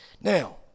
Now